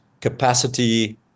capacity